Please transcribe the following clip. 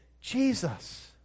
Jesus